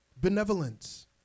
benevolence